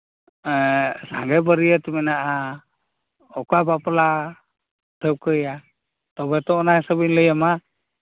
ᱥᱟᱸᱜᱮ ᱵᱟᱹᱨᱭᱟᱹᱛ ᱢᱮᱱᱟᱜᱼᱟ ᱚᱠᱟ ᱵᱟᱯᱞᱟ ᱴᱷᱟᱹᱣᱠᱟᱹᱭᱟ ᱛᱚᱵᱮ ᱛᱚ ᱚᱱᱟ ᱦᱤᱥᱟᱹᱵᱤᱧ ᱞᱟᱹᱭ ᱟᱢᱟ